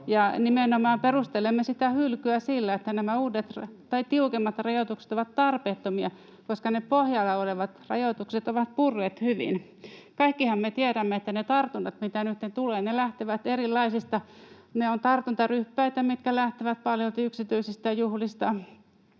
nimenomaan perustelemme sitä hylkyä sillä, että nämä tiukemmat rajoitukset ovat tarpeettomia, koska ne pohjalla olevat rajoitukset ovat purreet hyvin. Kaikkihan me tiedämme, että ne tartunnat, mitä nytten tulee, ovat tartuntaryppäitä, mitkä lähtevät paljolti yksityisistä juhlista